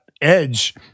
edge